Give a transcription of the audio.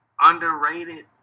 underrated